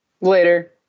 Later